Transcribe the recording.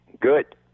Good